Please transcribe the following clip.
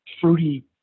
fruity